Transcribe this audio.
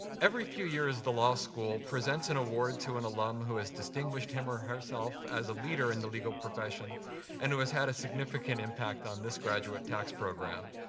every few years, the law school presents an award to an alum who has distinguished him or herself as a leader in the legal profession and who has had a significant impact on this graduate tax program.